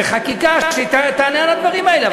וחקיקה תענה על הדברים האלה,